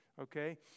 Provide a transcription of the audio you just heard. okay